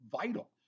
vital